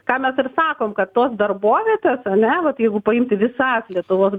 ką mes ir sakom kad tos darbovietės ane vat jeigu paimti visas lietuvos